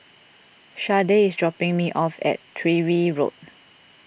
Sharday is dropping me off at Tyrwhitt Road